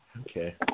Okay